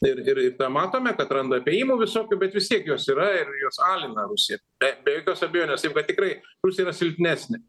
ir ir ir tą matome kad randa apėjimų visokių bet vis tiek jos yra ir jos alina rusiją be be jokios abejonės taip kad tikrai rusija yra silpnesnė